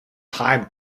time